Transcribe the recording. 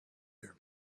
you